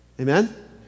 Amen